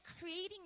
creating